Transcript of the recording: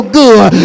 good